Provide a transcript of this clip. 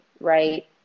right